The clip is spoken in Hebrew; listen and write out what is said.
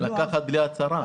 שאפשר לקנות בלי הצהרה.